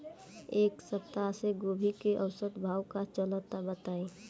एक सप्ताह से गोभी के औसत भाव का चलत बा बताई?